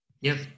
Yes